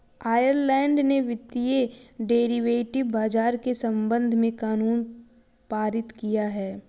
Ireland ने वित्तीय derivative बाजार के संबंध में कानून पारित किया है